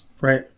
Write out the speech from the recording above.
right